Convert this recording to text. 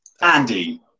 Andy